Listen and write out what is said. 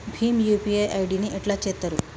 Bhim UPI ID ని ఎట్లా చేత్తరు?